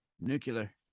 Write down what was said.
Nuclear